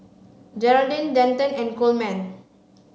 Jeraldine Denton and Coleman